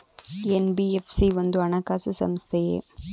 NBFC ಒಂದು ಹಣಕಾಸು ಸಂಸ್ಥೆಯೇ?